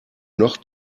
noch